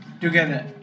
together